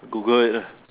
Google it lah